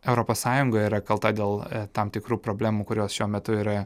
europos sąjunga yra kalta dėl tam tikrų problemų kurios šiuo metu yra